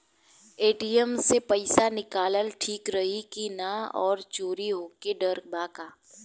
ATM से पईसा निकालल ठीक रही की ना और चोरी होये के डर बा का?